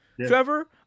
Trevor